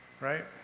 right